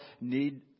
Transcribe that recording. need